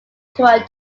toronto